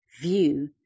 view